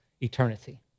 eternity